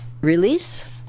release